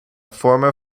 former